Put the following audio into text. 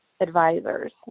advisors